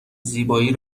زیبایی